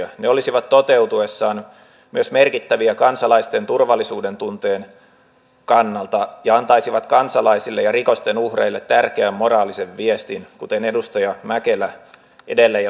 ne olisivat toteutuessaan myös merkittäviä kansalaisten turvallisuudentunteen kannalta ja antaisivat kansalaisille ja rikosten uhreille tärkeän moraalisen viestin kuten edustaja mäkelä edellä jo totesikin